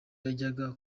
yajyaga